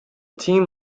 team